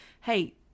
hey